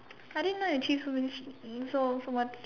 I didn't know you achieve so many so so much